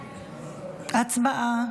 הצבעה.